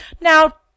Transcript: Now